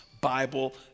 Bible